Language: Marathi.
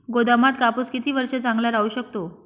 गोदामात कापूस किती वर्ष चांगला राहू शकतो?